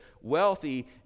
wealthy